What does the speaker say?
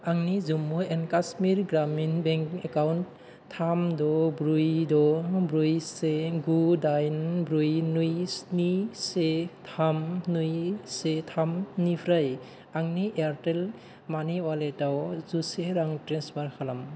आंनि Jammu and Kashmir Gramin bank account थाम द' ब्रै द' ब्रै से गु दाइन ब्रै नै स्नि से थाम नै से थामनिफ्राय आंनि एयारटेल मानि वालेटाव जौसे रां ट्रेन्सफार खालाम